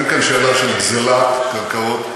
אין כאן שאלה של גזלת קרקעות,